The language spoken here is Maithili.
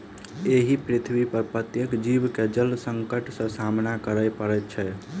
एहि पृथ्वीपर प्रत्येक जीव के जल संकट सॅ सामना करय पड़ैत छै